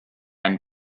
einen